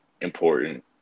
important